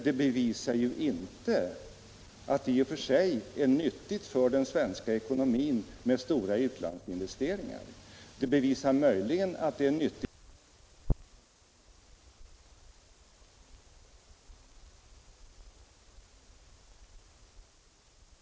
Det bevisar å andra sidan inte att det i och för sig skulle vara nyttigt för den svenska ekonomin med stora utlandsinvesteringar. Det bevisar nföjligen att det är vinstgivande för vissa kapitalgrupper med stora utlandsinvesteringar, men det är någonting annat än vad som ligger i de svenska industriarbetarnas och hela det svenska folkets intresse.